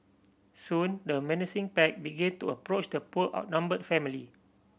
soon the menacing pack began to approach the poor outnumbered family